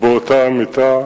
באותה המיטה,